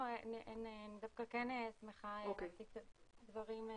לא, אני דווקא כן שמחה להציג את הדברים.